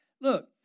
Look